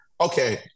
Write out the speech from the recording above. Okay